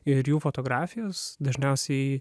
ir jų fotografijas dažniausiai